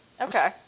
Okay